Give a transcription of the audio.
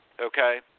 okay